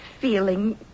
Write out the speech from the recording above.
feeling